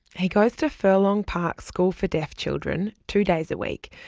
he goes to furlong park school for deaf children two days a week,